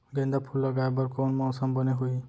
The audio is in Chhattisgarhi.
गेंदा फूल लगाए बर कोन मौसम बने होही?